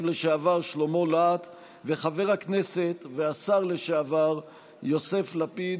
לשעבר שלמה להט וחבר הכנסת והשר לשעבר יוסף לפיד,